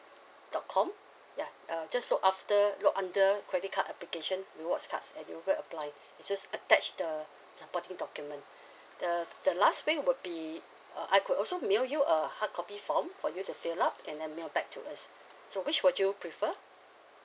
dot com yeah uh just look after look under credit card application rewards card that you will be applying and just attach the supporting document the the last way would be uh I could also mail you a hard copy form for you to fill up and then mail back to us so which would you prefer